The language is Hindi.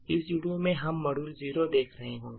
इस वीडियो में हम Module0 देख रहे होंगे